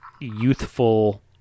youthful